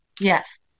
Yes